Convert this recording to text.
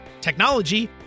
technology